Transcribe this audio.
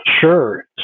sure